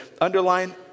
underline